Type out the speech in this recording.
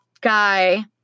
guy